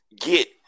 get